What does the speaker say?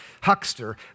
huckster